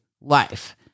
life